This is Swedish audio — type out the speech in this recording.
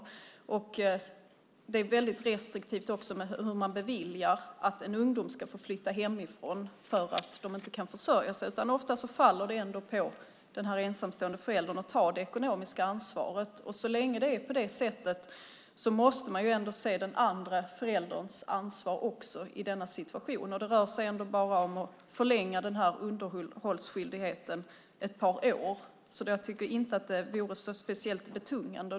Det är också väldigt restriktivt när det gäller hur man beviljar att ungdomar ska få flytta hemifrån för att de inte kan försörja sig. Ofta faller det ändå på den ensamstående föräldern att ta det ekonomiska ansvaret. Så länge det är på det sättet måste man ändå se också den andre förälderns ansvar i denna situation. Det rör sig ändå bara om att förlänga den här underhållsskyldigheten ett par år. Jag tycker inte att det skulle vara speciellt betungande.